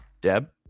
deb